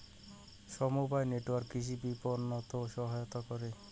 সমবায় নেটওয়ার্ক কৃষি বিপণনত সহায়তা করে